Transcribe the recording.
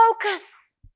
focus